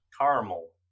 caramel